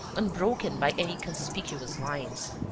unbroken by any conspicuous lines.